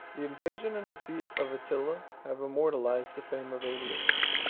the invasion and defeat of attila have immortalized the fame of aetius